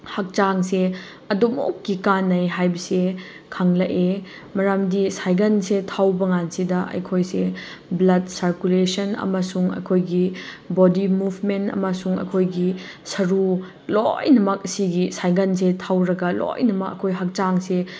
ꯍꯛꯆꯥꯡꯁꯦ ꯑꯗꯨꯃꯨꯛꯀꯤ ꯀꯥꯟꯅꯩ ꯍꯥꯏꯕꯁꯦ ꯈꯪꯂꯛꯑꯦ ꯃꯔꯝꯗꯤ ꯁꯥꯏꯀꯜꯁꯦ ꯊꯧꯕ ꯀꯥꯟꯁꯤꯗ ꯑꯩꯈꯣꯏꯁꯦ ꯕ꯭ꯂꯗ ꯁꯥꯔꯀꯨꯂꯦꯁꯟ ꯑꯃꯁꯨꯡ ꯑꯩꯈꯣꯏꯒꯤ ꯕꯣꯗꯤ ꯃꯨꯕꯃꯦꯟ ꯑꯃꯁꯨꯡ ꯑꯩꯈꯣꯏꯒꯤ ꯁꯔꯨ ꯂꯣꯏꯅꯃꯛꯁꯤꯒꯤ ꯁꯥꯏꯀꯜꯁꯦ ꯊꯧꯔꯒ ꯂꯣꯏꯅꯃꯛ ꯑꯩꯈꯣꯏ ꯍꯛꯆꯥꯡꯁꯦ